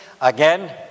again